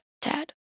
Dad